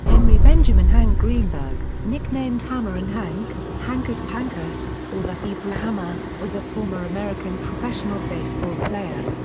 henry benjamin hank greenberg, nicknamed hammerin' hank, hankus pankus or the hebrew hammer, was a former american professional baseball player.